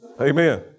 Amen